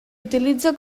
utilitza